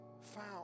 found